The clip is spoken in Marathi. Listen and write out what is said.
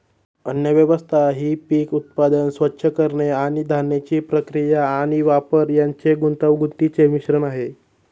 अन्नव्यवस्था ही पीक उत्पादन, स्वच्छ करणे आणि धान्याची प्रक्रिया आणि वापर यांचे गुंतागुंतीचे मिश्रण आहे